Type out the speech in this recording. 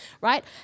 right